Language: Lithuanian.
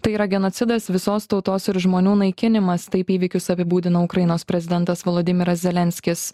tai yra genocidas visos tautos ir žmonių naikinimas taip įvykius apibūdina ukrainos prezidentas volodymyras zelenskis